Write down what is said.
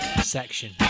section